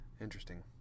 Interesting